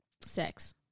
Sex